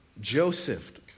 Joseph